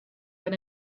than